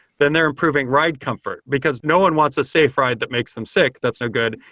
then they're improving ride comfort, because no one wants a safe ride that makes them sick. that's no good.